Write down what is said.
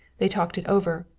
they talked it over.